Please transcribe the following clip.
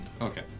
Okay